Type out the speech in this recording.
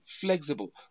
flexible